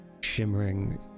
shimmering